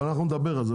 אבל אנחנו נדבר על זה,